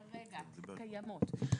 כרגע, קיימות.